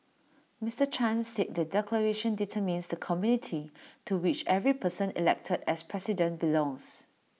Mister chan said the declaration determines the community to which every person elected as president belongs